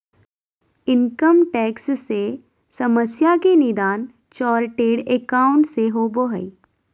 income tax से समस्या के निदान चार्टेड एकाउंट से होबो हइ